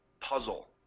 puzzle